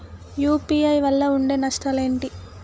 UPI వల్ల ఉండే నష్టాలు ఏంటి??